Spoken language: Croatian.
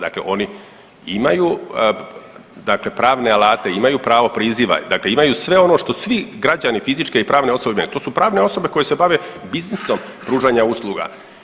Dakle, oni imaju dakle pravne alate, imaju pravo priziva, dakle imaju sve ono što svi građani fizičke i pravne osobe, to su pravne osobe koje se bave biznisom pružanja usluga.